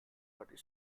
but